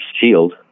Shield